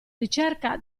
ricerca